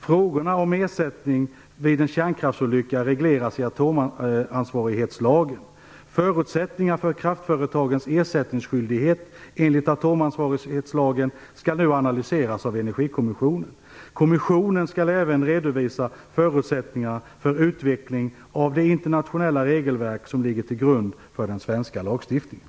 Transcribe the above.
Frågorna om ersättning vid en kärnkraftsolycka reglers i atomansvarighetslagen. Förutsättningarna för kraftföretagens ersättningsskyldighet enligt atomansvarighetslagen skall nu analyseras av Energikommissionen. Kommissionen skall även redovisa förutsättningarna för utveckling av det internationella regelverk som ligger till grund för den svenska lagstiftningen.